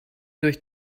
durch